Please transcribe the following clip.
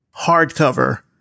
hardcover